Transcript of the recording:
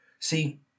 See